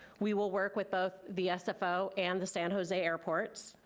we will work with both the sfo and the san jose airports.